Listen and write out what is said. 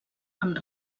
amb